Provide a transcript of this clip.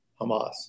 Hamas